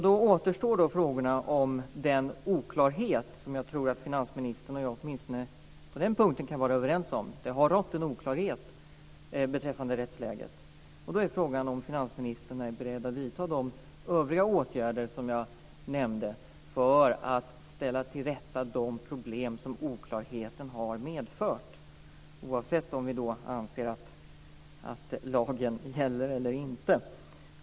Då återstår frågorna om den oklarhet som jag tror att finansministern och jag kan vara överens om. Det har rått en oklarhet beträffande rättsläget. Då är frågan om finansministern är beredd att vidta de övriga åtgärder som jag nämnde för att ställa till rätta de problem som oklarheten har medfört, oavsett om vi anser att lagen gäller eller inte.